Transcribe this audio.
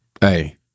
Hey